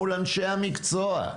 מול אנשי המקצוע,